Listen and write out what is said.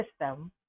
system